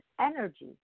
energy